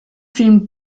film